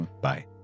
Bye